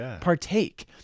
Partake